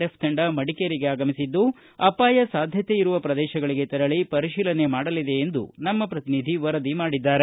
F ತಂಡ ಮಡಿಕೇರಿಗೆ ಆಗಮಿಸಿದ್ದು ಅಪಾಯ ಸಾಧ್ಯತೆಯಿರುವ ಪ್ರದೇಶಗಳಿಗೆ ತೆರಳಿ ಪರಿಶೀಲನೆ ಮಾಡಲಿದೆ ಎಂದು ನಮ್ಮ ಪ್ರತಿನಿಧಿ ವರದಿ ಮಾಡಿದ್ದಾರೆ